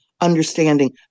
understanding